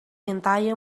entire